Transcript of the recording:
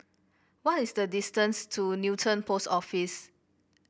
what is the distance to Newton Post Office